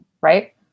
right